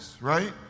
right